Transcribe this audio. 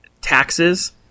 taxes